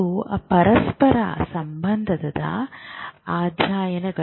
ಇವು ಪರಸ್ಪರ ಸಂಬಂಧದ ಅಧ್ಯಯನಗಳು